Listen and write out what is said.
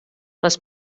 les